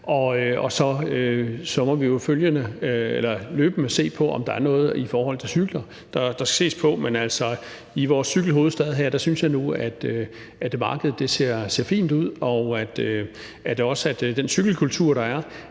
Så må vi jo løbende se på, om der er noget i forhold til cykler, der skal ses på. Men altså, i vores cykelhovedstad her synes jeg nu, at markedet ser fint ud, og vi skal også værne